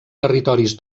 territoris